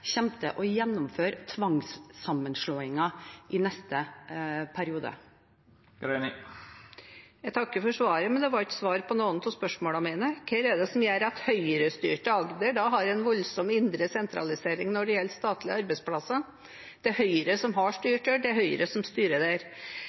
til å gjennomføre tvangssammenslåinger i neste periode. Jeg takker for svaret, men det var ikke svar på noen av spørsmålene mine: Hva er det da som gjør at høyrestyrte Agder har en voldsom indre sentralisering når det gjelder statlige arbeidsplasser? Det er Høyre som har